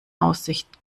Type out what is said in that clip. aussicht